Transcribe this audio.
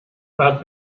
but